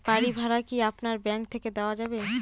বাড়ী ভাড়া কি আপনার ব্যাঙ্ক থেকে দেওয়া যাবে?